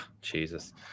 Jesus